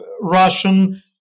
Russian